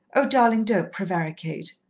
oh, darling, don't prevaricate,